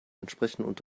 entsprechenden